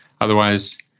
otherwise